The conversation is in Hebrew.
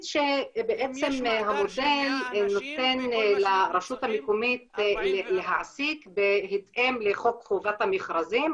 שהמודל נותן לרשות המקומית להעסיק בהתאם לחוק חובת המכרזים,